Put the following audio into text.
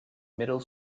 middle